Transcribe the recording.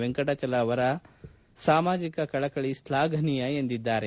ವೆಂಕಟಾಚಲ ಅವರ ಸಾಮಾಜಿಕ ಕಳಕಳಿ ಶ್ಲಾಘನೀಯ ಎಂದಿದ್ದಾರೆ